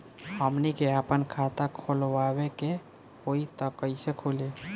हमनी के आापन खाता खोलवावे के होइ त कइसे खुली